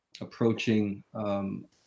approaching –